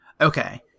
okay